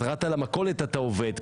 ירדת למכולת אתה עובד.